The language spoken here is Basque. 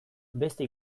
beste